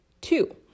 two